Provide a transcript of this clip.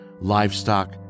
livestock